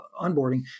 onboarding